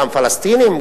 גם פלסטינים,